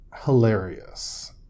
hilarious